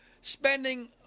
spending